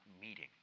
meeting